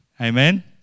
Amen